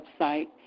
website